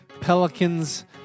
Pelicans